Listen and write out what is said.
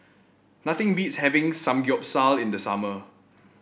nothing beats having Samgeyopsal in the summer